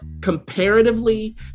comparatively